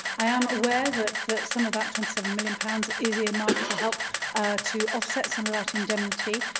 i am aware that that some of that twenty seven million pounds is earmarked to help to offset some of that indemnity,